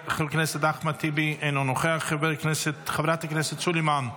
חבר הכנסת אחמד טיבי,